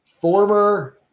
former